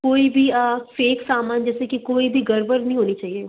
कोई भी फ़ेक सामान जैसे कि कोई भी गड़बड़ नहीं होनी चाहिए